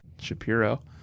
Shapiro